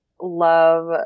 love